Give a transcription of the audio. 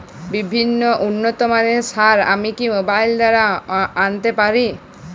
বিভিন্ন উন্নতমানের সার আমি কি মোবাইল দ্বারা আনাতে পারি?